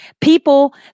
People